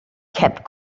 kept